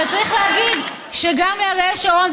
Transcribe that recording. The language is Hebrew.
אבל צריך להגיד שגם לאריאל שרון,